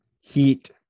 heat